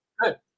good